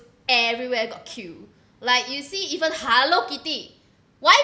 everywhere got queue like you see even hello kitty why